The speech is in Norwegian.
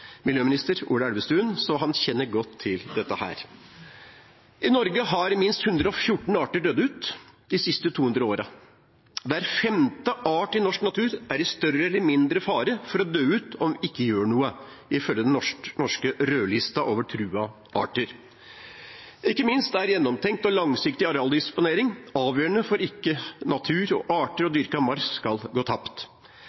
miljøminister, Ola Elvestuen, så han kjenner godt til dette. I Norge har minst 114 arter dødd ut de siste 200 årene. Hver femte art i norsk natur er i større eller mindre fare for å dø ut, om vi ikke gjør noe, ifølge den norske rødlisten over truede arter – ikke minst er gjennomtenkt og langsiktig arealdisponering avgjørende for at ikke natur, arter og